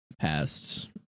past